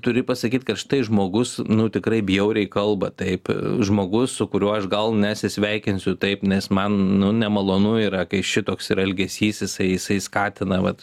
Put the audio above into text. turi pasakyt kad štai žmogus nu tikrai bjauriai kalba taip žmogus su kuriuo aš gal nesisveikinsiu taip nes man nu nemalonu yra kai šitoks yra elgesys jisai jisai skatina vat